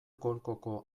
golkoko